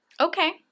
Okay